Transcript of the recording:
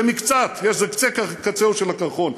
זה קצה-קצהו של הקרחון.